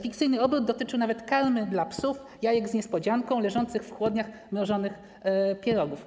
Fikcyjny obrót dotyczył nawet karmy dla psów, jajek z niespodzianką, leżących w chłodniach mrożonych pierogów.